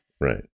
Right